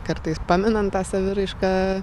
kartais paminant tą saviraišką